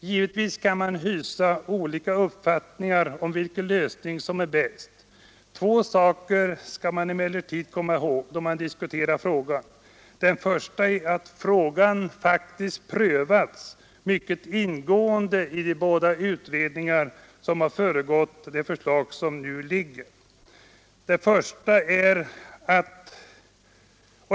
Givetvis kan man hysa olika uppfattningar om vilken lösning som är bäst. Två saker skall man emellertid komma ihåg då man diskuterar frågan. Till att börja med har frågan faktiskt prövats mycket ingående i båda de utredningar som föregått det förslag som nu föreligger.